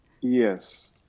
Yes